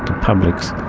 public's